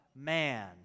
man